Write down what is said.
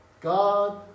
God